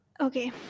Okay